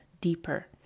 deeper